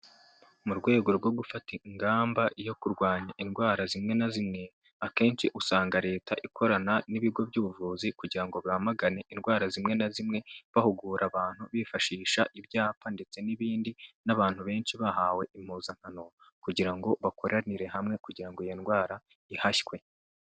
Mu rwego rwo gufata ingamba yo kurwanya indwara zimwe na zimwe, akenshi usanga leta ikorana n'ibigo by'ubuvuzi, kugira ngo bamagane indwara zimwe na zimwe bahugura abantu bifashisha ibyapa ndetse n'ibindi, n'abantu benshi bahawe impuzankano, kugira ngo bakoranire hamwe kugira ngo iyi ndwara ihashywe.